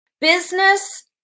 business